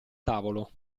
tavolo